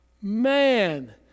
man